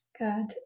Good